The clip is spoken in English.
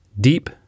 Deep